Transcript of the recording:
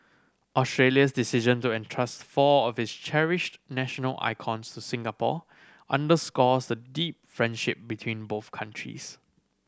Australia's decision to entrust four of its cherished national icons to Singapore underscores the deep friendship between both countries